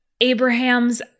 Abraham's